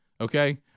Okay